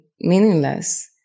meaningless